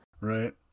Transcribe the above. right